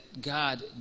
God